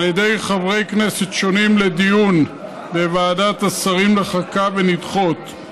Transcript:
ידי חברי כנסת שונים לדיון בוועדת השרים לחקיקה ונדחות.